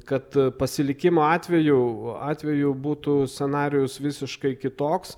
kad pasilikimo atveju atveju būtų scenarijus visiškai kitoks